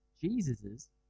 Jesus's